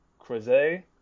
Crozet